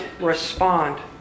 respond